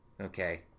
Okay